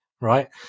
right